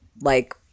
like-